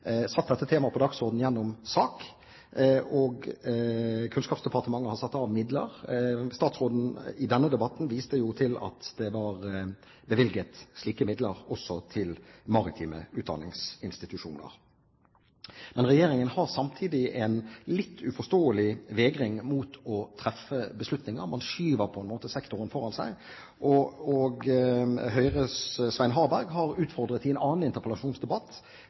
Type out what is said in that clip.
satt dette temaet på dagsordenen gjennom SAK, og Kunnskapsdepartementet har satt av midler. Statsråden viste i denne debatten til at det var bevilget slike midler også til maritime utdanningsinstitusjoner. Regjeringen har samtidig en litt uforståelig vegring mot å treffe beslutninger, man skyver på en måte sektoren foran seg. Høyres Svein Harberg har i en annen interpellasjonsdebatt